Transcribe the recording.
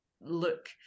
look